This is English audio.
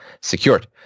secured